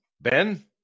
Ben